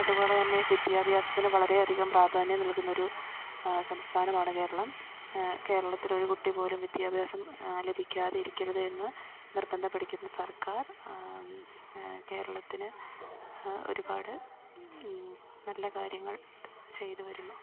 അത്പോലെതന്നെ വിദ്യാഭ്യാസത്തിന് വളരെ അധികം പ്രാധാന്യം നൽകുന്നൊരു സംസ്ഥാനമാണ് കേരളം കേരളത്തിലൊരു കുട്ടിപോലും വിദ്യാഭ്യാസം ലഭിക്കാതെ ഇരിക്കരുത് എന്ന് നിർബന്ധം പിടിക്കുന്ന സർക്കാർ കേരളത്തിന് ഒരുപാട് നല്ല കാര്യങ്ങൾ ചെയ്ത് വരുന്നു